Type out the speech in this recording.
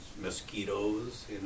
mosquitoes